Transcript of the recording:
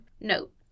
Note